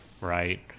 right